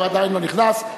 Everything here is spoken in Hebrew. הוא עדיין לא נכנס,